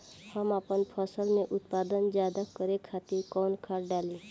हम आपन फसल में उत्पादन ज्यदा करे खातिर कौन खाद डाली?